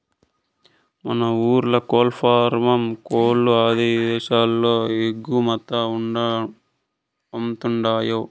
మన ఊర్ల కోల్లఫారం కోల్ల్లు ఇదేశాలకు ఎగుమతవతండాయ్